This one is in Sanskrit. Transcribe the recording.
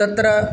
तत्र